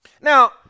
Now